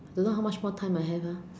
a lot how much more time I have ah